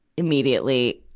immediately,